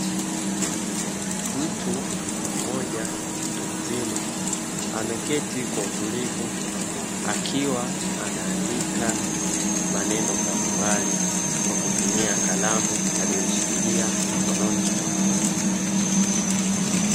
Mtu mmoja mtu mzima ameketi kwa utulivu akiwa anaandika maneno mbalimbali, kwa kutumia kalamu aliyoishikilia mkononi mwake.